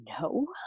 no